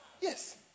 Yes